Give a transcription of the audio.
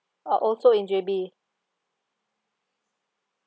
oh also in J_B